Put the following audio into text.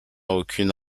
aucune